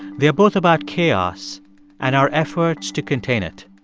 they're both about chaos and our efforts to contain it